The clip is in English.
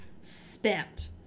Spent